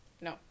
No